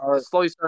slowly